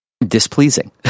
displeasing